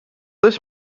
this